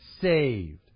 saved